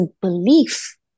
belief